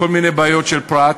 לכל מיני בעיות של פרט,